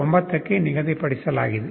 9 ಕ್ಕೆ ನಿಗದಿಪಡಿಸಲಾಗಿದೆ